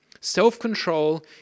Self-control